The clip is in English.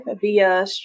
via